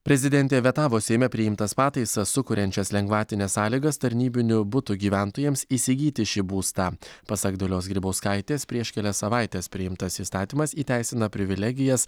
prezidentė vetavo seime priimtas pataisas sukuriančias lengvatines sąlygas tarnybinių butų gyventojams įsigyti šį būstą pasak dalios grybauskaitės prieš kelias savaites priimtas įstatymas įteisina privilegijas